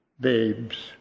babes